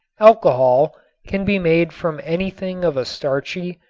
alcohol can be made from anything of a starchy,